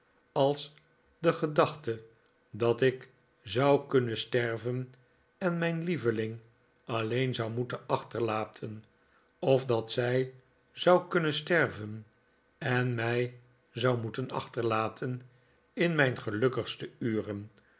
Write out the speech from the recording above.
als de gedachte dat ik zou kunnen sterven en mijn lieveling alleen zou moeten achterlaten of dat zij zou kunnen sterven en mij zou moeten achterlaten in mijn gelukkigste uren